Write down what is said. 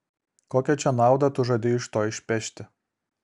kokią čia naudą tu žadi iš to išpešti